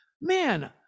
man